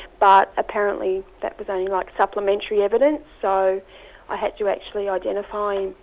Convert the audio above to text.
but apparently that was only like supplementary evidence. so i had to actually identify him.